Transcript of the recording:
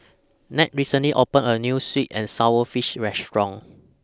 Nat recently opened A New Sweet and Sour Fish Restaurant